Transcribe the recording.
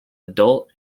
adult